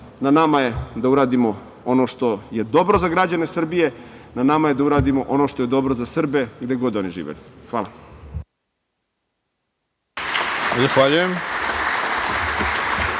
nama je da uradimo ono što je dobro za građane Srbije, na nama je da uradimo ono što je dobro za Srbe, gde god oni živeli. Hvala.